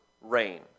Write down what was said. rain